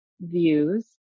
views